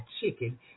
chicken